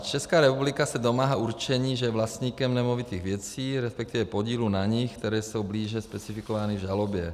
Česká republika se domáhá určení, že je vlastníkem nemovitých věcí, respektive podílu na nich, které jsou blíže specifikovány v žalobě.